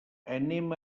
anem